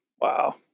Wow